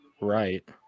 Right